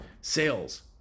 sales